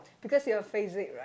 because you afraid it right